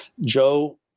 Joe